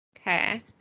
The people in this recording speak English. Okay